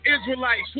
Israelites